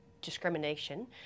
discrimination